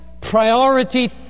priority